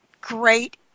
great